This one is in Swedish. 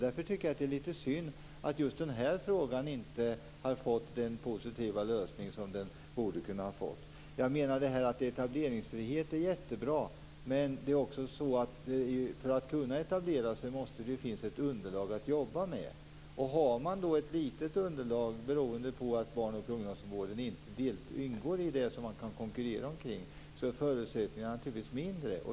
Därför är det litet synd att just den här frågan inte har fått den positiva lösning den borde ha kunnat få. Etableringsfrihet är jättebra. Men för att kunna etablera sig måste det finnas ett underlag att jobba med. Ett litet underlag på grund av att barn och ungdomsvården inte ingår i det man kan konkurrera om innebär att förutsättningarna blir sämre.